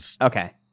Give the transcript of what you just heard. okay